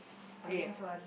okay